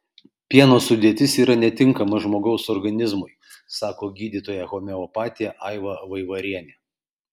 pieno sudėtis yra netinkama žmogaus organizmui sako gydytoja homeopatė aiva vaivarienė